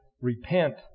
Repent